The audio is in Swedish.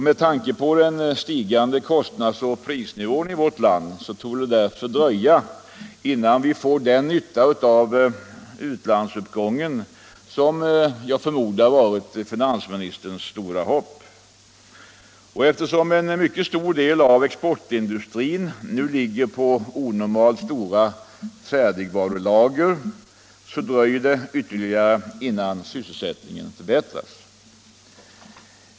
Med tanke på den stigande kostnadsoch prisnivån i vårt land torde det därför dröja innan vi får den nytta av utlandsuppgången som jag förmodar varit finansministerns stora hopp. Och eftersom en mycket stor del av exportindustrin nu ligger med onormalt stora färdigvarulager dröjer det ytterligare innan sysselsättningen förbättras.